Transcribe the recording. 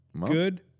Good